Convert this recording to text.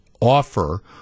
offer